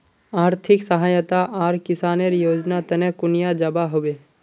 आर्थिक सहायता आर किसानेर योजना तने कुनियाँ जबा होबे?